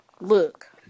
Look